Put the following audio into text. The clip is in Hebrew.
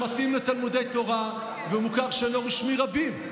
שמתאים לתלמודי תורה ומוכר שאינו רשמי רבים.